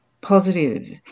positive